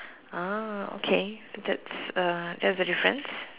uh okay that's uh that's a difference